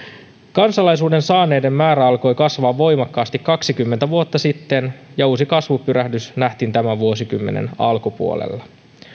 kansalaisuuden saaneiden määrä alkoi kasvaa voimakkaasti kaksikymmentä vuotta sitten ja uusi kasvupyrähdys nähtiin tämän vuosikymmenen alkupuolella